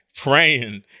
praying